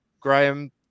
Graham